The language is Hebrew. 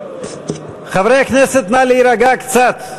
חברי הכנסת, נא להירגע קצת.